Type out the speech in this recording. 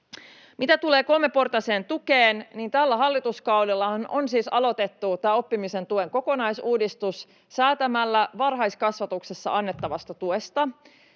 Mitä tulee kolmeportaiseen tukeen, tällä hallituskaudellahan on siis aloitettu tämä oppimisen tuen kokonaisuudistus säätämällä varhaiskasvatuksessa annettavasta tuesta,